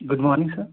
good morning sir